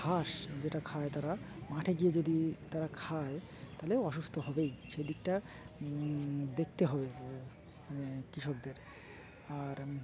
ঘাস যেটা খায় তারা মাঠে গিয়ে যদি তারা খায় তাহলে অসুস্থ হবেই সে দিকটা দেখতে হবে কৃষকদের আর